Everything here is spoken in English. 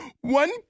one